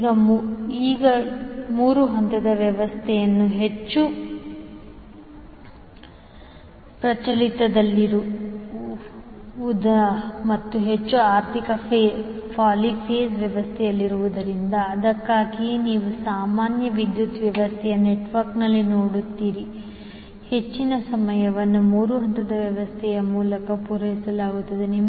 ಈಗ 3 ಹಂತದ ವ್ಯವಸ್ಥೆಯು ಹೆಚ್ಚು ಪ್ರಚಲಿತದಲ್ಲಿರುವ ಮತ್ತು ಹೆಚ್ಚು ಆರ್ಥಿಕ ಪಾಲಿಫೇಸ್ ವ್ಯವಸ್ಥೆಯಲ್ಲಿರುವುದರಿಂದ ಅದಕ್ಕಾಗಿಯೇ ನೀವು ಸಾಮಾನ್ಯ ವಿದ್ಯುತ್ ವ್ಯವಸ್ಥೆಯ ನೆಟ್ವರ್ಕ್ನಲ್ಲಿ ನೋಡುತ್ತೀರಿ ಹೆಚ್ಚಿನ ಸಮಯವನ್ನು 3 ಹಂತದ ವ್ಯವಸ್ಥೆಯ ಮೂಲಕ ಪೂರೈಸಲಾಗುತ್ತಿದೆ